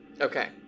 Okay